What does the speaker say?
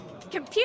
computer